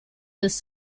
this